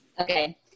Okay